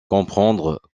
comprendre